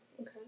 Okay